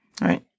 right